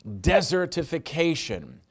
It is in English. desertification